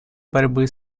борьбы